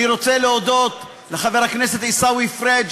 אני רוצה להודות לחבר הכנסת עיסאווי פריג',